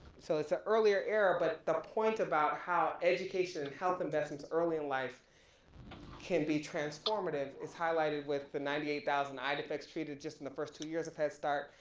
so it's a earlier era but the point about how education and health investments early in life can be transformative is highlighted with the ninety eight thousand eye defects treated just and first two years of headstart,